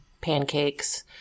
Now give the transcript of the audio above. pancakes